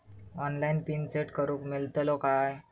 Online PIN set करूक मेलतलो काय?